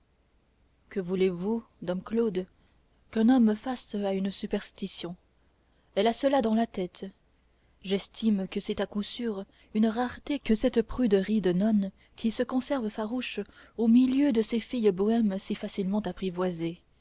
que voulez-vous dom claude qu'un homme fasse à une superstition elle a cela dans la tête j'estime que c'est à coup sûr une rareté que cette pruderie de nonne qui se conserve farouche au milieu de ces filles bohèmes si facilement apprivoisées